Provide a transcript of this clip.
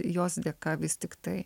jos dėka vis tiktai